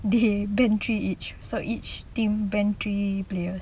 they ban three each so each team ban three